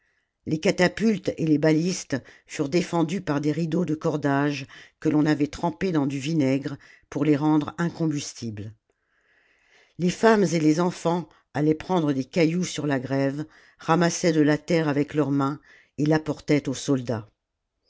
les catapuhes et les bahstes furent défendues par des rideaux de cordages que l'on avait trempés dans du vinaigre pour les rendre incombustibles les femmes et les enfants allaient prendre des cailloux sur la grève ramassaient de la terre avec leurs mains et rapportaient aux soldats